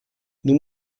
nous